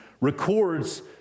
records